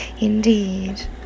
indeed